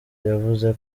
yavuze